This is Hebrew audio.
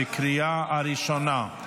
בקריאה הראשונה.